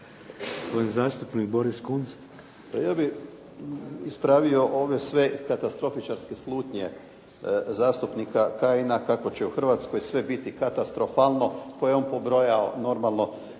**Kunst, Boris (HDZ)** Pa ja bih ispravio ove sve katastrofičarske slutnje zastupnika Kajina kako će u Hrvatskoj sve biti katastrofalno pa je on pobrojao. Ja